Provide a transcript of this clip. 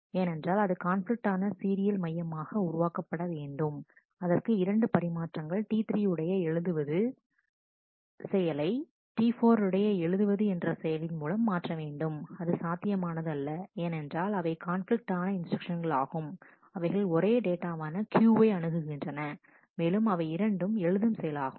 ஏனென்றால் அது கான்பிலிக்டான சீரியல் மையமாக உருவாக்கப்பட வேண்டும் அதற்கு இரண்டு பரிமாற்றங்கள் T3 உடைய எழுதுவது செயலை T4 உடைய எழுதுவது என்ற செயலின் மூலம் மாற்ற வேண்டும் அது சாத்தியமானதல்ல ஏனென்றால் அவை கான்பிலிக்டான இன்ஸ்டிரக்ஷன்ஸ்களாகும் அவைகள் ஒரே டேட்டாவான Q வை அணுகுகின்றன மேலும் அவை இரண்டும் எழுதும் செயலாகும்